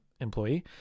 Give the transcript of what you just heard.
employee